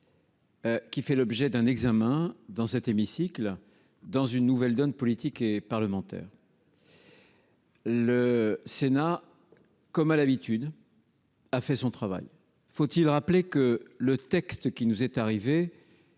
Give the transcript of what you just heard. Qui fait l'objet d'un examen dans cet hémicycle, dans une nouvelle donne politique et parlementaire. Le Sénat comme à l'habitude. A fait son travail, faut-il rappeler que le texte qui nous est arrivé.